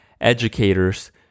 educators